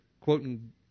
quoting